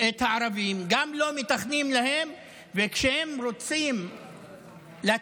את הערבים, גם לא מתכננים להם, וכשהם רוצים לצאת